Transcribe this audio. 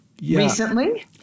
recently